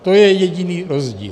To je jediný rozdíl.